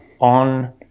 on